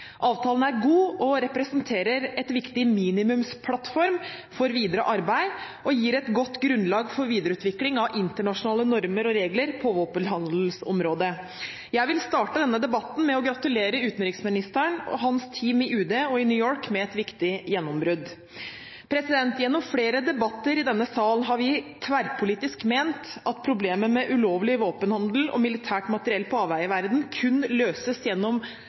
Avtalen er god og representerer en viktig minimumsplattform for videre arbeid, og gir et godt grunnlag for videreutvikling av internasjonale normer og regler på våpenhandelsområdet. Jeg vil starte denne debatten med å gratulere utenriksministeren og hans team i UD og i New York med et viktig gjennombrudd. Gjennom flere debatter i denne sal har vi tverrpolitisk ment at problemet med ulovlig våpenhandel og militært materiell på avveie i verden kun løses gjennom